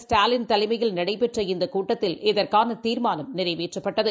ஸ்டாலின் தலைமையில் நடைபெற்ற இந்தகூட்டத்தில் இதற்கானதீர்மானம் நிறைவேற்றப்பட்டது